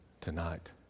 tonight